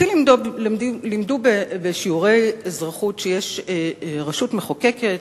אותי לימדו בשיעורי אזרחות שיש רשות מחוקקת,